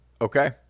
Okay